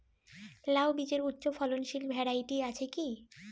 লাউ বীজের উচ্চ ফলনশীল ভ্যারাইটি আছে কী?